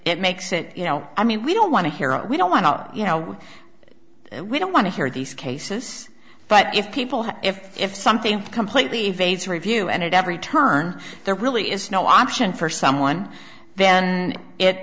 it makes it you know i mean we don't want to hear oh we don't want to you know we don't want to hear these cases but if people have if if something completely evades review and at every turn there really is no option for someone then it